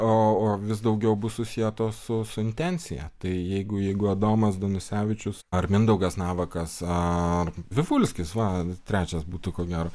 o o vis daugiau bus susietos su su intencija tai jeigu jeigu adomas danusevičius ar mindaugas navakas ar vivulskis va trečias būtų ko gero